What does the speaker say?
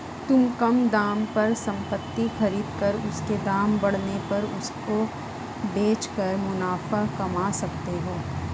तुम कम दाम पर संपत्ति खरीद कर उसके दाम बढ़ने पर उसको बेच कर मुनाफा कमा सकते हो